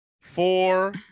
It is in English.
Four